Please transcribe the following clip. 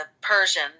Persian